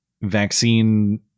vaccine